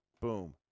boom